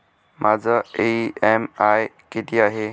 माझा इ.एम.आय किती आहे?